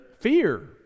fear